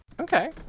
Okay